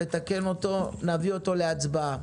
נתקן אותו ונביא אותו להצבעה.